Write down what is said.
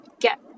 get